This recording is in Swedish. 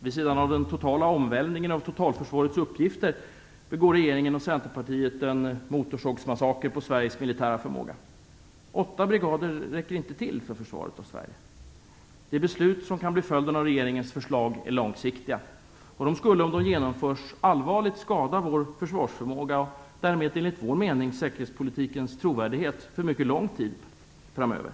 Vid sidan av den totala omvälvningen av totalförsvarets uppgifter begår regeringen och Centerpartiet en motorsågsmassaker på Sveriges militära förmåga. Det räcker inte med 8 brigader för försvaret av Sverige. De beslut som kan bli följden av regeringens förslag är långsiktiga. De skulle, om de genomförs, allvarligt skada vår försvarsförmåga och därmed enligt vår mening säkerhetspolitikens trovärdighet för mycket lång tid framöver.